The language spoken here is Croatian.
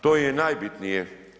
To im je najbitnije.